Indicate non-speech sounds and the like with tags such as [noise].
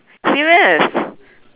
serious [breath]